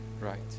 right